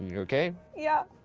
yeah okay? yeah,